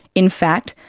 in fact,